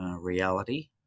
Reality